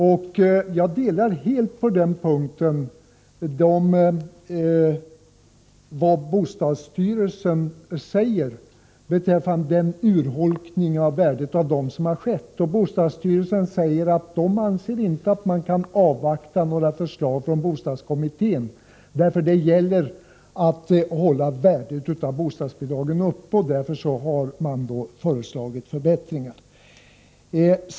På den punkten ställer jag mig helt bakom vad bostadsstyrelsen säger beträffande den urholkning av bidragens värde som har skett. Bostadsstyrelsen anser inte att man kan avvakta förslagen från bostadskommittén. Styrelsen säger att det gäller att upprätthålla bostadsbidragens värde, och därför har man föreslagit förbättringar.